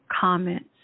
comments